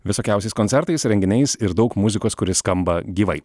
visokiausiais koncertais renginiais ir daug muzikos kuri skamba gyvai